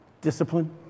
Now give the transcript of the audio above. discipline